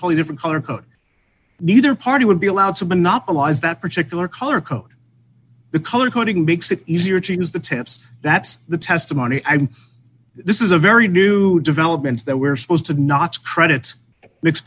wholly different color code neither party would be allowed to monopolise that particular color code the color coding makes it easier to use the temps that's the testimony i'm this is a very new developments that we're supposed to notch credits m